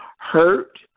Hurt